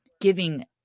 giving